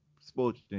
sports